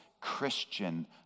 Christian